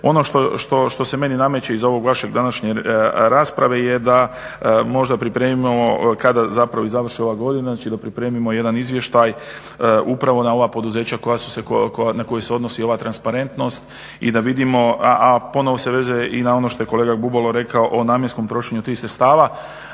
Ono što se meni nameće iz ovog vašeg današnje rasprave je da možda pripremimo kada zapravo i završi ova godina, znači da pripremimo jedan izvještaj upravo na ova poduzeća na koja se odnosi ova transparentnost i da vidimo, a ponovo se vezuje i na ono što je kolega Bubalo rekao o namjenskom trošenju tih sredstava